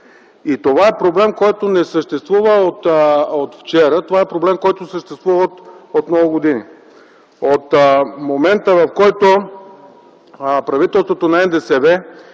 Това е проблем, който не съществува от вчера – това е проблем, който съществува от много години. От момента, в който правителството на НДСВ